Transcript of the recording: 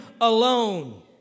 alone